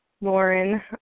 Lauren